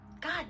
God